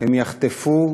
הם יחטפו,